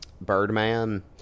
Birdman